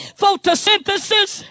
photosynthesis